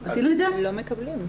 אתה יכול לקדם.